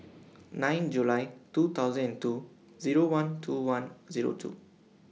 nine July two thousand and two Zero one two one Zero two